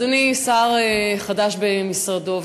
אדוני שר חדש במשרדו,